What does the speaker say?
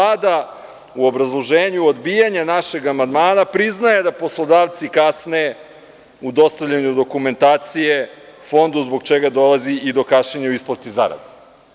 Čak i Vlada u obrazloženju odbijanja našeg amandmana priznaje da poslodavci kasne u dostavljanju dokumentacije Fondu, zbog čega dolazi i do kašnjenja u isplati zarade.